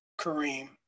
Kareem